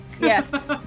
Yes